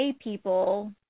people